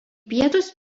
pietus